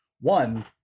one